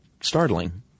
startling